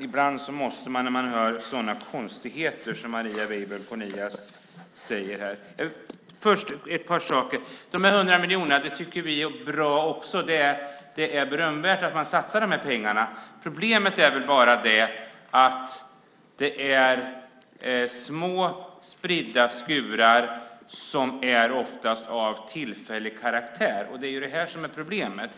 ibland måste jag när jag hör sådana konstigheter som Marie Weibull Kornias säger här. Vi tycker också att de 100 miljonerna är bra. Det är berömvärt att satsa dessa pengar. Problemet är bara att det är små spridda skurar som oftast är av tillfällig karaktär. Det är det som är problemet.